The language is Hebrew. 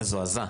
מזועזע,